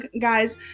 guys